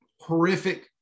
horrific